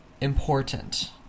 important